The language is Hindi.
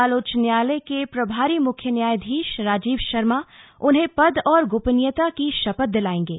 नैनीताल उच्च न्यायालय के प्रभारी मुख्य न्यायाधीश राजीव शर्मा उन्हें पद और गोपनीयता की शपथ दिलाएंगे